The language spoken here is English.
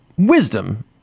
wisdom